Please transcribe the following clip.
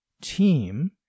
team